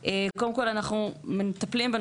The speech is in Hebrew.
אני יכולה להתייחס לעניין הניו מדיה,